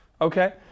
Okay